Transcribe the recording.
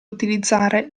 utilizzare